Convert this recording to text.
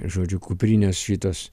žodžiu kuprinės šitos